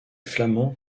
flamands